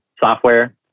software